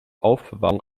aufbewahrung